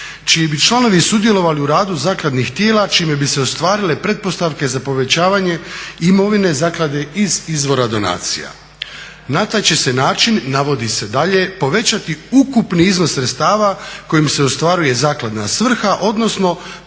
čiji bi članovi sudjelovali u radu zakladnih tijela čime bi se ostvarile pretpostavke za povećavanje imovine zaklade iz izvora donacija. Na taj će se način navodi se dalje, povećati ukupni iznos sredstava kojim se ostvaruje zakladna svrha, odnosno povećat